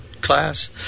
class